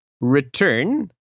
Return